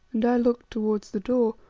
and i looked towards the door.